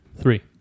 Three